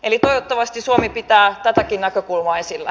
eli toivottavasti suomi pitää tätäkin näkökulmaa esillä